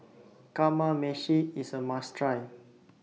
Kamameshi IS A must Try